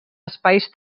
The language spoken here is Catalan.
espais